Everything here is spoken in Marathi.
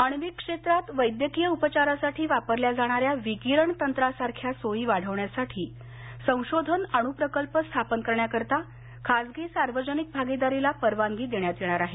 आण्विक क्षेत्रात वैद्यकीय उपचारासाठी वापरल्या जाणार्या् विकिरण तंत्रा सारख्या सोयी वाढवण्यासाठी संशोधन अणुप्रकल्प स्थापन करण्याकरता खाजगी सार्वजनिक भागिदारीला परवानगी देण्यात येणार आहे